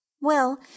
Well